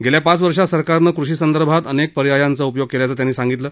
गेल्या पाच वर्षात सरकारनं कृषी संदर्भात अनेक पर्यायांचा उपयोग केल्याचं त्यांनी यावेळी सांगितलं